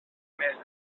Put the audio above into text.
mes